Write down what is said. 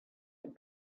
had